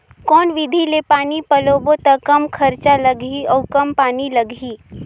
कौन विधि ले पानी पलोबो त कम खरचा लगही अउ कम पानी लगही?